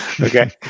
Okay